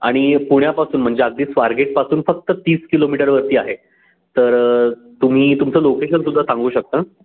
आणि पुण्यापासून म्हणजे अगदी स्वार्गेटपासून फक्त तीस किलोमीटरवरती आहे तर तुम्ही तुमचं लोकेशन सुद्धा सांगू शकता